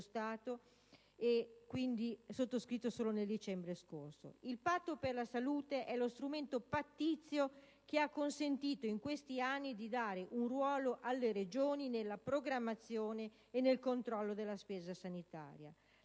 tra le Regioni e lo Stato, solo nel dicembre scorso. Il Patto per la salute è lo strumento pattizio che ha consentito in questi anni di dare un ruolo alle Regioni nella programmazione e nel controllo della spesa sanitaria.